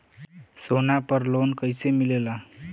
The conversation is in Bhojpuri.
सोना पर लो न कइसे मिलेला?